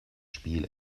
spiel